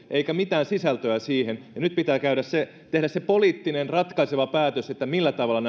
eikä mitään sisältöä siihen nyt pitää tehdä se poliittinen ratkaiseva päätös millä tavalla